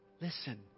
Listen